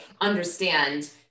understand